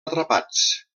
atrapats